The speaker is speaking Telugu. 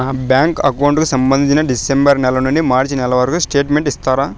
నా బ్యాంకు అకౌంట్ కు సంబంధించి డిసెంబరు నెల నుండి మార్చి నెలవరకు స్టేట్మెంట్ ఇస్తారా?